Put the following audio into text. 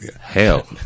hell